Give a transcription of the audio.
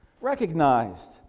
recognized